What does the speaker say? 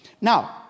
Now